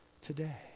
today